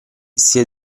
sia